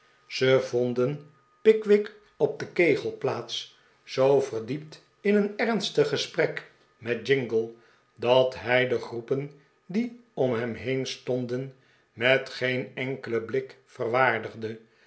zij vonden pickwick op de kegelplaats zoo verdiept in een ernstig gesprek met jingle dat hij de groepen die om hem heen stonden met geen enkelen blik